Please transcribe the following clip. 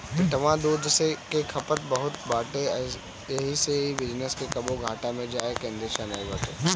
इहवा दूध के खपत बहुते बाटे एही से ए बिजनेस के कबो घाटा में जाए के अंदेशा नाई बाटे